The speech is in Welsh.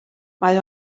mae